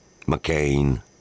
McCain